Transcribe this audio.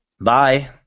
bye